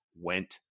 went